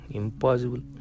impossible